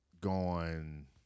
gone